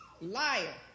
liar